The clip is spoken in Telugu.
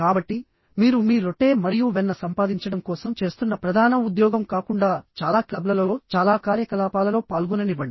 కాబట్టి మీరు మీ రొట్టె మరియు వెన్న సంపాదించడం కోసం చేస్తున్న ప్రధాన ఉద్యోగం కాకుండా చాలా క్లబ్లలో చాలా కార్యకలాపాలలో పాల్గొననివ్వండి